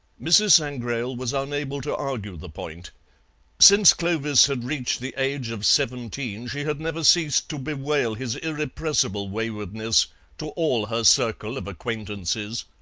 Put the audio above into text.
mrs. sangrail was unable to argue the point since clovis had reached the age of seventeen she had never ceased to bewail his irrepressible waywardness to all her circle of acquaintances,